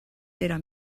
era